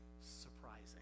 surprising